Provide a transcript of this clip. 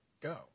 go